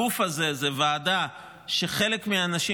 הגוף הזה זאת ועדה שחלק מהאנשים